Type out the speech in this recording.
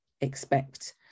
expect